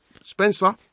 Spencer